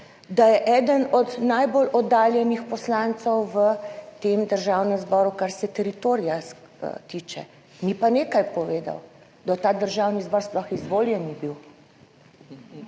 da je eden od najbolj oddaljenih poslancev v tem državnem zboru, kar se teritorija tiče, ni pa nekaj povedal, da ta Državni zbor sploh izvoljen je bil.